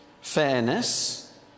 fairness